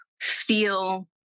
feel